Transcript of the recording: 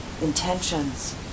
intentions